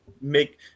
make